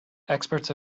experts